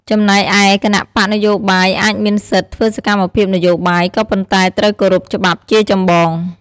ចំណែកឯគណបក្សនយោបាយអាចមានសិទ្ធិធ្វើសកម្មភាពនយោបាយ ក៏ប៉ុន្តែត្រូវគោរពច្បាប់ជាចម្បង។